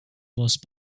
most